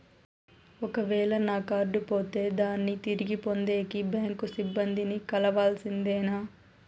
ఒక వేల నా కార్డు పోతే దాన్ని తిరిగి పొందేకి, బ్యాంకు సిబ్బంది ని కలవాల్సిందేనా?